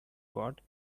pot